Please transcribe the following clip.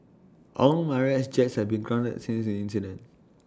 all Mirage jets have been grounded since the incident